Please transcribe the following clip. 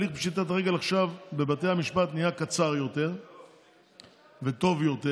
עכשיו הליך פשיטת רגל בבתי המשפט נהיה קצר יותר וטוב יותר.